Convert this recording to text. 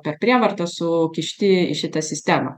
per prievartą sukišti į šitą sistemą